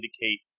indicate